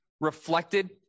reflected